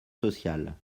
sociale